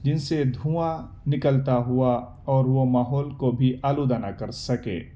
جن سے دھواں نکلتا ہوا اور وہ ماحول کو بھی آلودہ نہ کر سکے